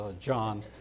John